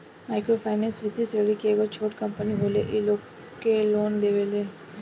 micro finance वित्तीय श्रेणी के एगो छोट कम्पनी होले इ लोग के लोन देवेले